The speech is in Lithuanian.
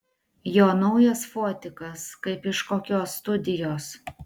jo naujas fotikas kaip iš kokios studijos